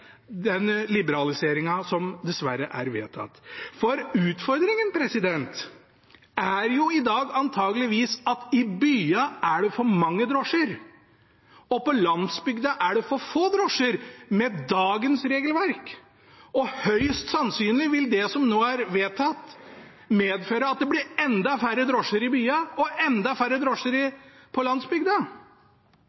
den liberaliseringen som dessverre er vedtatt. Utfordringen i dag er antakeligvis at det er for mange drosjer i byene og for få drosjer på landsbygda, med dagens regelverk. Høyst sannsynlig vil det som nå er vedtatt, medføre at det blir enda flere drosjer i byene og enda færre